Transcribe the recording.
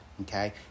okay